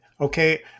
Okay